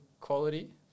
quality